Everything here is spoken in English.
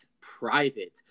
private